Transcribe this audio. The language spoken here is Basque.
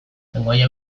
lengoaia